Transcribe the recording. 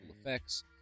effects